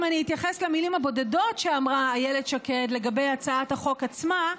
אם אני אתייחס למילים הבודדות שאמרה איילת שקד לגבי הצעת החוק עצמה,